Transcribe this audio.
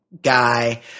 guy